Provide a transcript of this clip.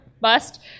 bust